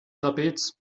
trapez